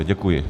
Děkuji.